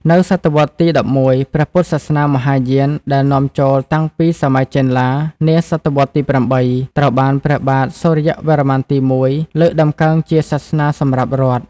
នៅស.វ. ទី១១ ព្រះពុទ្ធសាសនាមហាយានដែលនាំចូលតាំងពីសម័យចេនឡា នាស.វ. ទី៨ ត្រូវបានព្រះបាទសូរ្យវរ័ន្មទី១ លើកតម្កើងជាសាសនាសម្រាប់រដ្ឋ។